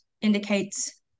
indicates